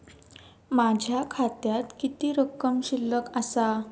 माझ्या खात्यात किती रक्कम शिल्लक आसा?